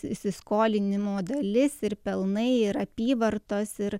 įsiskolinimo dalis ir pelnai ir apyvartos ir